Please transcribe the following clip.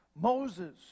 Moses